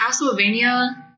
Castlevania